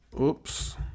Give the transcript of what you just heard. Oops